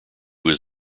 was